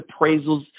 appraisals